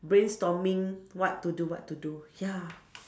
brainstorming what to do what to do ya